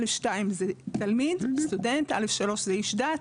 א.2 זה תלמיד, סטודנט, א.3 זה איש דת,